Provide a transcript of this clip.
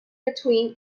between